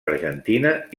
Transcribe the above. argentina